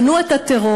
גנו את הטרור,